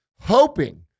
hoping